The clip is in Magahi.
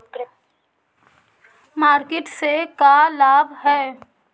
मार्किट से का लाभ है?